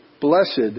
Blessed